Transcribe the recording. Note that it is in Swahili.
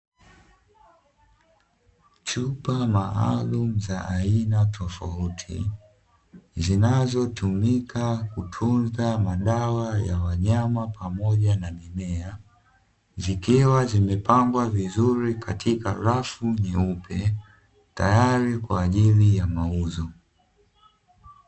Chupa maalum za aina tofauti zinazotumika kutunza madawa ya wanyama pamoja na mimea, zikiwa zimepangwa vizuri katika rafu nyeupe tayari kwa ajili ya mauzo.